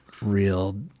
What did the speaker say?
real